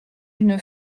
une